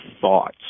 thoughts